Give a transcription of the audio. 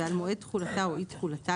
ועל מועד תחולתה או אי תחולתה,